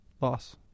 loss